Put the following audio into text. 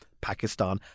Pakistan